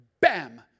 Bam